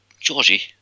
Georgie